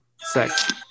sex